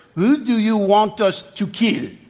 who do you want us to kill?